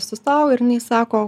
sustojau ir jinai sako